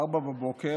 ב-04:00,